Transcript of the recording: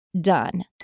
done